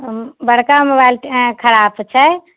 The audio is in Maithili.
बड़का मोबाइल छै खराप छै